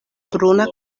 bruna